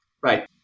Right